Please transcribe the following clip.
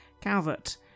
Calvert